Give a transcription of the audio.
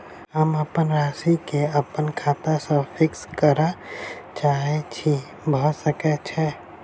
हम अप्पन राशि केँ अप्पन खाता सँ फिक्स करऽ चाहै छी भऽ सकै छै?